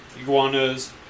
iguanas